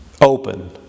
open